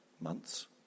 months